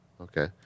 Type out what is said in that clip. Okay